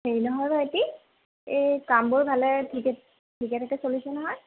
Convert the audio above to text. হেৰি নহয় ভাইটি এই কামবোৰ ভালে ঠিকে ঠিকে ঠাকে চলিছে নহয়